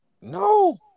No